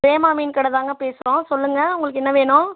ஹேமா மீன் கடை தான்ங்க பேசுகிறோம் சொல்லுங்கள் உங்களுக்கு என்ன வேணும்